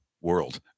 world